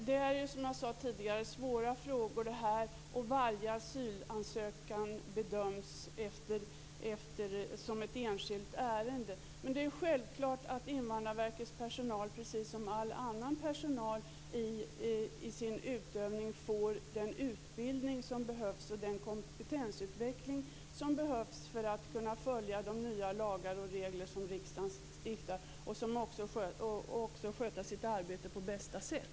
Herr talman! Som jag sade tidigare är det svåra frågor, och varje asylansökan bedöms som ett enskilt ärende. Det är självklart att Invandrarverkets personal, precis som all annan personal, för sin yrkesutövning får den utbildning som behövs och den kompetensutveckling som behövs för att kunna följa de nya lagar och regler som riksdagen stiftar och också sköta sitt arbete på bästa sätt.